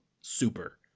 super